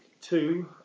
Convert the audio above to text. two